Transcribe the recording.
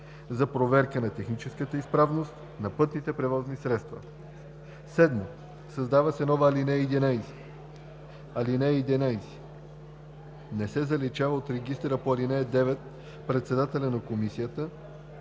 за проверка на техническата изправност на пътните превозни средства.“ 7. Създава се нова ал. 11: „(11) Не се заличават от регистъра по ал. 9 председателят на комисията,